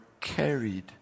carried